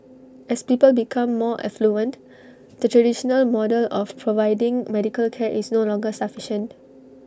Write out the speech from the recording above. as people become more affluent the traditional model of providing medical care is no longer sufficient